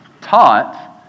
taught